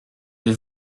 vais